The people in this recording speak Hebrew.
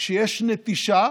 כשיש נטישה,